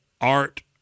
art